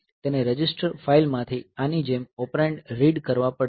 તેને register file માંથી આની જેમ ઓપરેન્ડ્સ રીડ કરવા પડશે